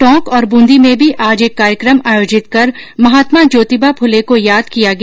टोंक और ब्रंदी में भी आज एक कार्यक्रम आयोजित कर महात्मा ज्योतिबा फुले को याद किया गया